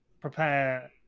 Prepare